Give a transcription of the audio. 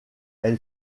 elle